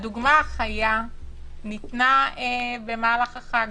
הדוגמה החיה ניתנה במהלך החג.